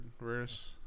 verse